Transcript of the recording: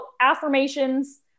affirmations